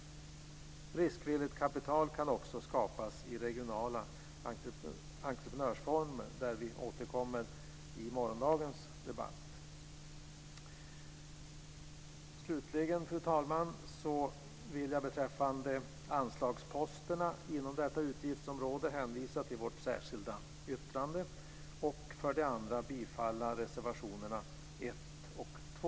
Riskvilligt kapital kan också skapas i regionala entreprenörsfonder, som vi återkommer till i morgondagens debatt. Slutligen, fru talman, vill jag beträffande anslagsposterna inom detta utgiftsområde för det första hänvisa till vårt särskilda yttrande och för det andra yrka bifall till reservationerna 1 och 2.